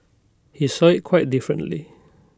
he saw IT quite differently